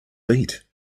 feet